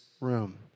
room